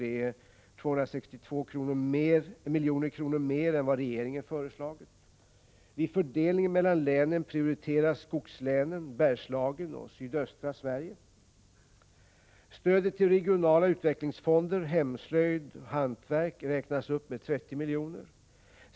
Det är 262 milj.kr. mer än vad regeringen föreslagit. Vid fördelningen mellan länen prioriteras skogslänen, Bergslagen och sydöstra Sverige.